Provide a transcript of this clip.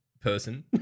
person